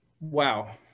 wow